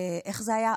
איך זה היה?